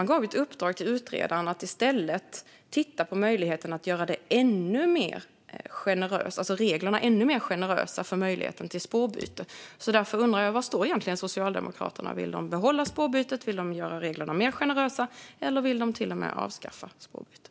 Man gav utredaren i uppdrag att i stället titta på möjligheten att göra reglerna för spårbyte ännu mer generösa. Jag undrar därför var Socialdemokraterna står här. Vill de behålla spårbytet? Vill de göra reglerna mer generösa? Eller vill de till och med avskaffa spårbytet?